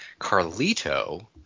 Carlito